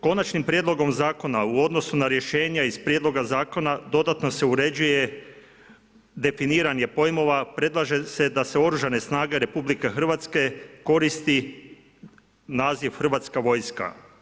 Konačnim prijedlogom zakona u odnosu na rješenja iz prijedloga zakona, dodatno se uređuje definiranje pojmova, predlaže se da se Oružane snage RH koristi naziv hrvatska vojska.